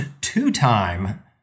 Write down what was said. two-time